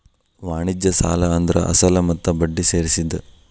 ವಾಣಿಜ್ಯ ಸಾಲ ಅಂದ್ರ ಅಸಲ ಮತ್ತ ಬಡ್ಡಿ ಸೇರ್ಸಿದ್